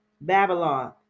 Babylon